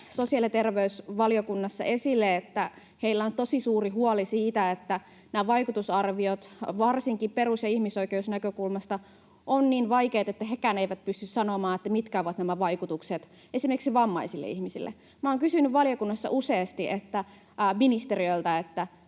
sosiaali‑ ja terveysvaliokunnassa esille, että heillä on tosi suuri huoli siitä, että nämä vaikutusarviot varsinkin perus‑ ja ihmisoikeusnäkökulmasta ovat niin vaikeat, että hekään eivät pysty sanomaan, mitkä ovat nämä vaikutukset esimerkiksi vammaisille ihmisille. Minä olen kysynyt valiokunnassa useasti ministeriöltä,